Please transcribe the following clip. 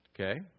Okay